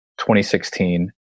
2016